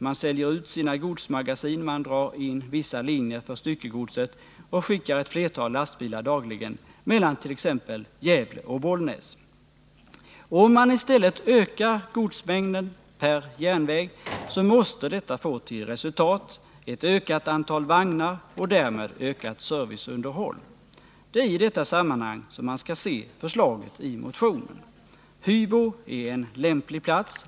Man säljer ut sina godsmagasin, man drar in vissa linjer för styckegodset, och man skickar ett flertal lastbilar dagligen mellan t.ex. Gävle och Bollnäs. Om i stället godsmängden per järnväg ökas måste detta få till resultat ökat antal vagnar och därmed ökat serviceunderhåll. Det är i detta sammanhang man skall se förslaget i motionen. Hybo är en lämplig plats.